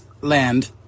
land